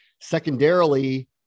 secondarily